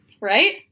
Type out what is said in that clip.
Right